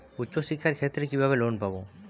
উচ্চশিক্ষার ক্ষেত্রে কিভাবে লোন পাব?